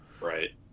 Right